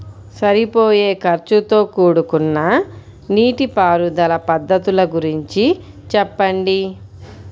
సరిపోయే ఖర్చుతో కూడుకున్న నీటిపారుదల పద్ధతుల గురించి చెప్పండి?